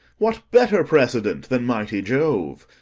what better precedent than mighty jove?